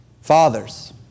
Fathers